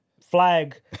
flag